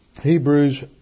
Hebrews